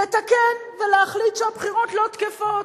לתקן ולהחליט שהבחירות לא תקפות.